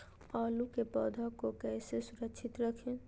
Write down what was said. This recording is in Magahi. आलू के पौधा को कैसे सुरक्षित रखें?